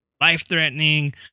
life-threatening